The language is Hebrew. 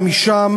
ומשם,